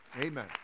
Amen